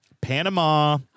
Panama